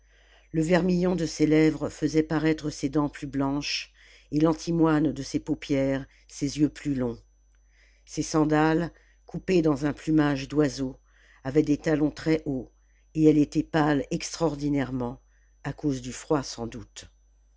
le vermillon de ses lèvres faisait paraître ses dents plus blanches et l'antimoine de ses paupières ses yeux plus longs ses sandales coupées dans un plumage d'oiseau avaient des talons très hauts et elle était pâle extraordinairement à cause du froid sans doute